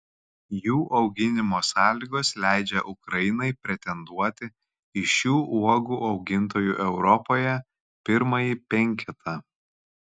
jų auginimo sąlygos leidžia ukrainai pretenduoti į šių uogų augintojų europoje pirmąjį penketą